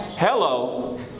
Hello